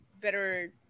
better